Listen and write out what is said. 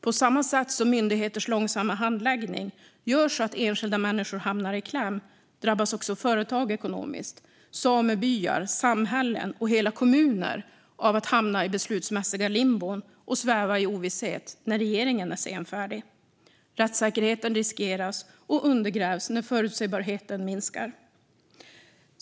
På samma sätt som myndigheters långsamma handläggning gör så att enskilda människor hamnar i kläm drabbas också företag, samebyar, samhällen och hela kommuner ekonomiskt av att hamna i beslutsmässiga limbotillstånd och sväva i ovisshet när regeringen är senfärdig. Rättssäkerheten riskeras och undergrävs när förutsebarheten minskar.